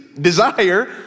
desire